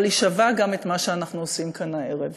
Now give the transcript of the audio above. אבל היא שווה גם את מה שאנחנו עושים כאן הערב,